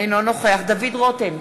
אינו נוכח דוד רותם,